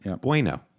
Bueno